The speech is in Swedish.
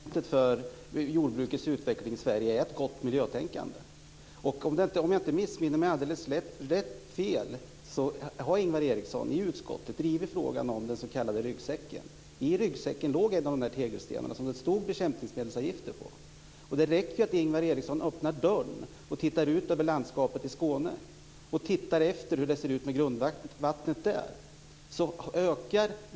Fru talman! Det främsta argumentet för jordbrukets utveckling i Sverige är ett gott miljötänkande. Om jag inte missminner mig har Ingvar Eriksson i utskottet drivit frågan om den s.k. ryggsäcken. I ryggsäcken låg en av de tegelstenar som det stod bekämpningsmedelsavgifter på. Det räcker med att Ingvar Eriksson öppnar dörren och tittar ut över landskapet i Skåne och ser hur det ser ut med grundvattnet där.